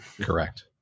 correct